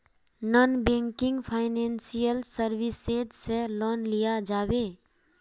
Non banking financial services से loan लिया जाबे?